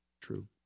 true